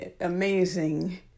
amazing